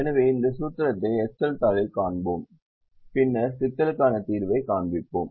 எனவே இந்த சூத்திரத்தை எக்செல் தாளில் காண்பிப்போம் பின்னர் சிக்கலுக்கான தீர்வைக் காண்பிப்போம்